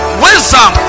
wisdom